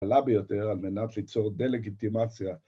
קלה ביותר על מנת ליצור דה-לגיטימציה